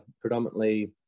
predominantly